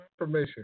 information